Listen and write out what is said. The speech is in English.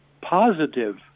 positive